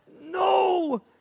no